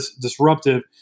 disruptive